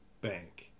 bank